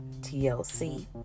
TLC